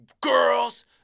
girls